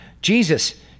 Jesus